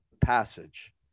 passage